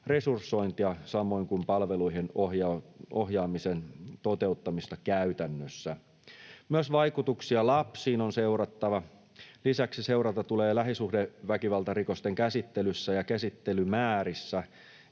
resursointia samoin kuin palveluihin ohjaamisen toteuttamista käytännössä. Myös vaikutuksia lapsiin on seurattava. Lisäksi seurata tulee lähisuhdeväkivaltarikosten käsittelyssä ja käsittelymäärissä